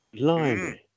Line